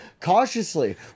cautiously